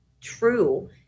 true